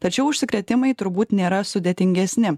tačiau užsikrėtimai turbūt nėra sudėtingesni